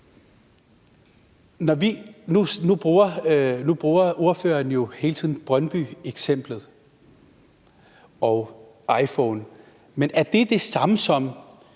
Nu bruger ordføreren hele tiden Brøndbyeksemplet og nævner iPhone, men er det det samme som